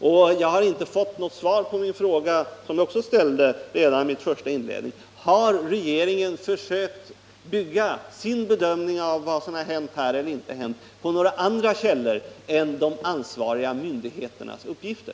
Och jag har inte fått något svar på den fråga som jag också ställde redan i mitt första inlägg: Har regeringen försökt bygga sin bedömning av vad som hänt eller inte hänt på några andra källor än de ansvariga myndigheternas uppgifter?